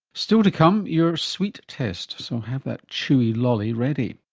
still to come, your sweet test, so have that chewy lolly ready.